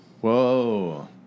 Whoa